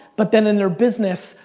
but then, in their business,